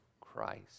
Christ